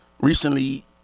recently